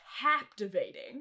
captivating